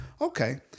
Okay